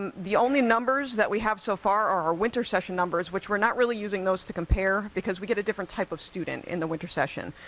and the only numbers that we have so far are our winter session numbers, which we're not really using those to compare because we get a different type of student in the winter session.